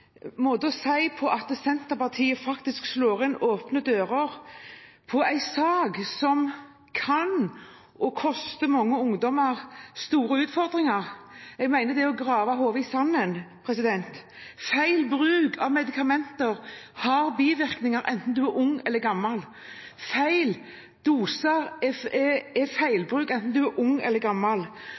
som koster, mange ungdommer store utfordringer. Jeg mener det er å grave hodet i sanden. Feil bruk av medikamenter har bivirkninger enten man er ung eller gammel. Feil doser er feilbruk enten man er ung eller